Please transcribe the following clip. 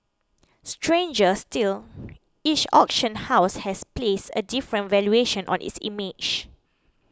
stranger still each auction house has placed a different valuation on its image